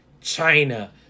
china